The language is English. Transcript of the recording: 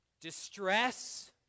Distress